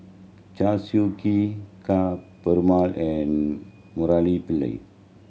Chew Swee Kee Ka Perumal and Murali Pillai